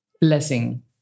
Blessing